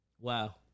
Wow